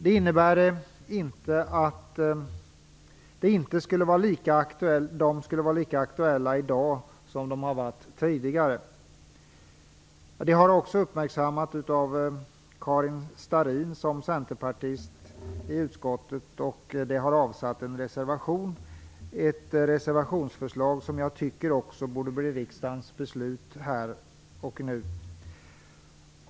Det innebär inte att de inte skulle vara lika aktuella i dag som de tidigare varit. Detta har också uppmärksammats i utskottet av centerpartisten Karin Starrin. Resultatet därav är en reservation - ett reservationsförslag som jag tycker också borde bli riksdagens beslut här och nu.